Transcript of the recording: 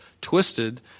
twisted